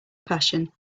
passion